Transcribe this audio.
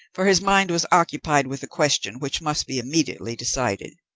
for his mind was occupied with a question which must be immediately decided.